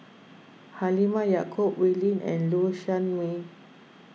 Halimah Yacob Wee Lin and Low Sanmay